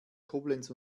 koblenz